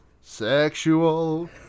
sexual